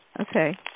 Okay